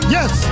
Yes